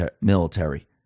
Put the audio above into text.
military